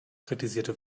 kritisierte